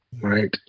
right